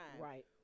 right